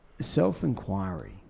self-inquiry